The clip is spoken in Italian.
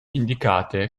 indicate